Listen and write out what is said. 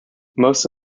most